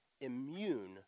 immune